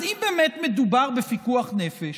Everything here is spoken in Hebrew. אז אם באמת מדובר בפיקוח נפש,